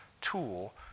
tool